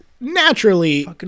naturally